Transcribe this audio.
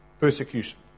persecution